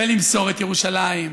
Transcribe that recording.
ולמסור את ירושלים,